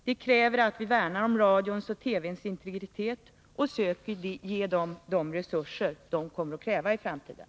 Det kräver att vi värnar om radions och TV:s integritet och söker ge dem de resurser som de kommer att kräva i framtiden.